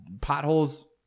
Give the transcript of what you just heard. potholes